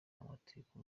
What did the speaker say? amatiku